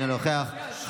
אינו נוכח,